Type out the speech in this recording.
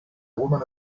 woman